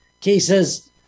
cases